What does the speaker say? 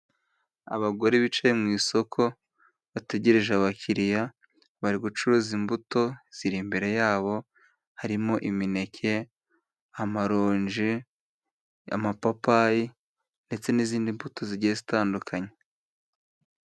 Abagore bicaye mu isoko bategereje abakiriya, bari gucuruza imbuto ziri imbere yabo harimo:imineke, amaronje, amapapayi ndetse n'izindi mbuto zigiye zitandukanye.